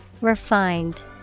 Refined